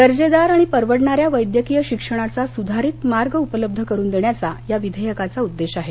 दर्जेदार आणि परवडणाऱ्या वैद्यकीय शिक्षणाचा सुधारित मार्ग उपलब्ध करुन देण्याचा या विधेयकाचा उद्देश आहे